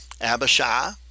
Abishai